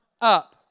up